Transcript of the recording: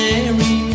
Mary